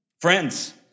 Friends